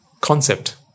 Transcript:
concept